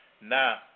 Now